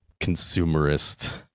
consumerist